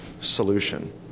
solution